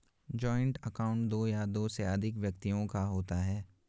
joint account दो या दो से अधिक व्यक्तियों का होता है